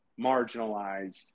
marginalized